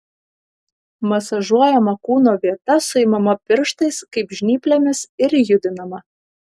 masažuojama kūno vieta suimama pirštais kaip žnyplėmis ir judinama